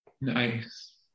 Nice